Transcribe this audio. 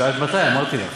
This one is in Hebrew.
שאלת מתי, אמרתי לך.